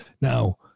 Now